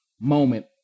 moment